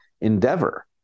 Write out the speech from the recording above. endeavor